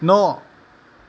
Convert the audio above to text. न'